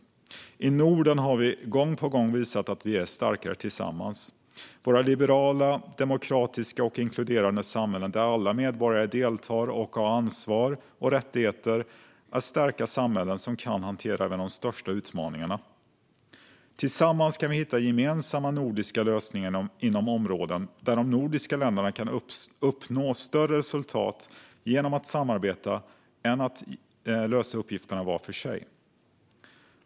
I Norden har vi gång på gång visat att vi är starkare tillsammans. Våra liberala, demokratiska och inkluderande samhällen, där alla medborgare deltar och har ansvar och rättigheter, är starka samhällen som kan hantera även de största utmaningarna. Tillsammans kan vi hitta gemensamma nordiska lösningar inom områden där de nordiska länderna kan uppnå större resultat genom att samarbeta än genom att lösa uppgifterna var för sig.